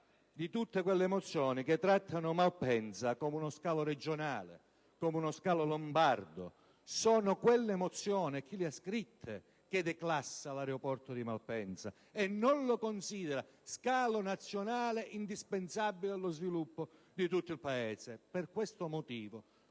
a tutte quelle mozioni che trattano Malpensa come uno scalo regionale, come uno scalo lombardo. Quelle mozioni, e chi le ha scritte, declassano l'aeroporto di Malpensa, non considerandolo scalo nazionale indispensabile allo sviluppo di tutto il Paese. I piani